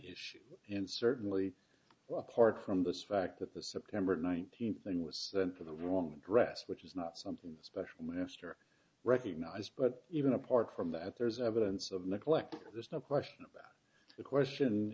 issue and certainly apart from the fact that the september nineteenth thing was for the won't rest which is not something special minister recognized but even apart from that there's evidence of neglect there's no question about the question